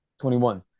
21